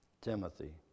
Timothy